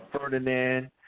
Ferdinand